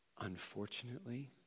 unfortunately